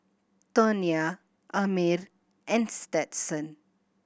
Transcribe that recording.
Tonya Amir and Stetson